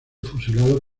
fusilado